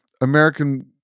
American